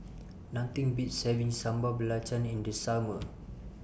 Nothing Beats having Sambal Belacan in The Summer